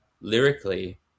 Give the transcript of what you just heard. lyrically